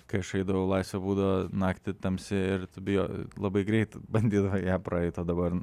kai aš eidavau laisvė būdavo naktį tamsi ir bijo labai greit bandydavau ją praeit o dabar